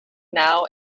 now